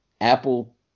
Apple